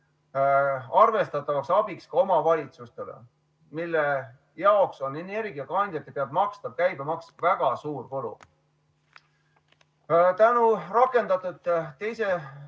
arvestatavaks abiks omavalitsustele, kelle jaoks on energiakandjate pealt makstav käibemaks väga suur kulu. Tänu rakendatud teise